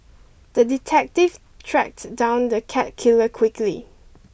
the detective tracked down the cat killer quickly